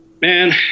Man